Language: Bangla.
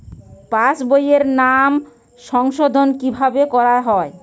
পাশ বইয়ে নাম সংশোধন কিভাবে করা হয়?